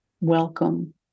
welcome